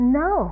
no